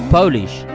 Polish